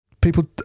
people